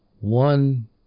one